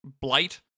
blight